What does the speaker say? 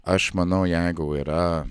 aš manau jeigu yra